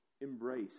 embrace